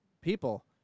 people